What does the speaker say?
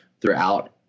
throughout